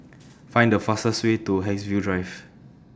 Find The fastest Way to Haigsville Drive